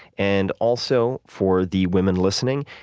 and, also for the women listening,